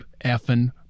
effin